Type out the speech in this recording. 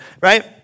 right